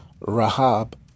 Rahab